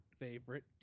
favorite